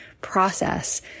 process